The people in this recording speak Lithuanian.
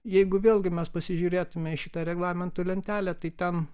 jeigu vėlgi mes pasižiūrėtume į šitą reglamento lentelę tai ten